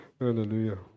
Hallelujah